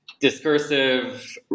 discursive